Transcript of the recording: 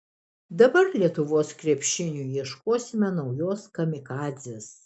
dabar lietuvos krepšiniui ieškosime naujos kamikadzės